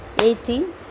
eighteen